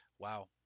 Wow